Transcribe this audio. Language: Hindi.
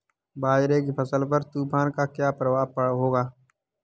बाजरे की फसल पर तूफान का क्या प्रभाव होगा?